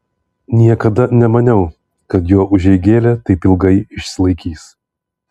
niekada nemaniau kad jo užeigėlė taip ilgai išsilaikys